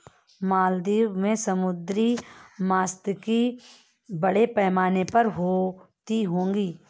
मालदीव में समुद्री मात्स्यिकी बड़े पैमाने पर होती होगी